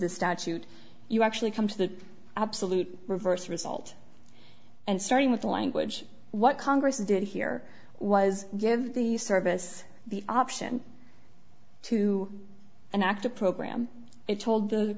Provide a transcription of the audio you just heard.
the statute you actually come to the absolute reverse result and starting with the language what congress did here was give the service the option to an active program it told the